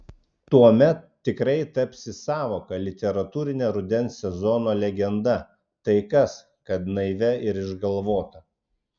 tuomet tikrai tapsi sąvoka literatūrine rudens sezono legenda tai kas kad naivia ir išgalvota